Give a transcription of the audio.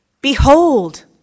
Behold